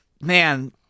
man